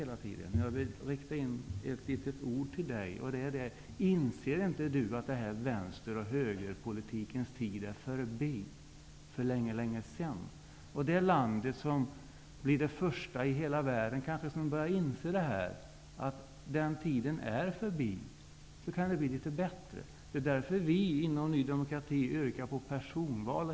Jag vill rikta några ord till honom. Inser inte Johan Lönnroth att vänster och högerpolitikens tid är förbi för länge sedan? Vi kan kanske bli det första landet i hela världen som börjar inse att den tiden är förbi. Då kan det kanske bli litet bättre. Det är därför vi i Ny demokrati yrkar på personval.